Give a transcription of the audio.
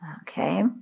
Okay